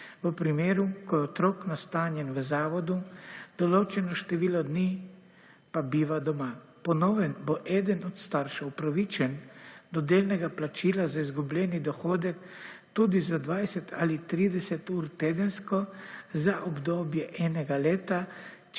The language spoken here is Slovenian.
v primeru ko je otrok nastanjen v zavodu, določeno število dni pa biva doma. Po novem bo eden od staršev upravičen do delnega plačila za izgubljeni dohodek tudi za 20 ali 30 ur tedensko za obdobje enega leta,